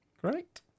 Great